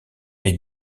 est